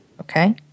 Okay